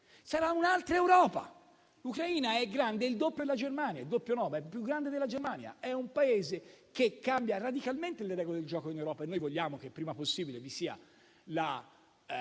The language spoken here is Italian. doppio della Germania; il doppio no, ma è più grande della Germania. È un Paese che cambia radicalmente le regole del gioco in Europa e noi vogliamo che prima possibile vi sia la